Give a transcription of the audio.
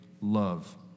love